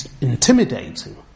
intimidating